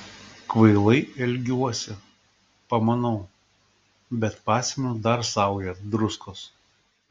kvailai elgiuosi pamanau bet pasemiu dar saują druskos